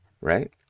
right